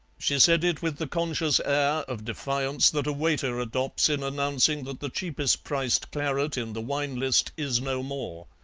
she said it with the conscious air of defiance that a waiter adopts in announcing that the cheapest-priced claret in the wine-list is no more.